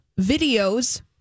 videos